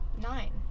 Nine